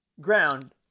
Ground